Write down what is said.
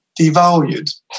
devalued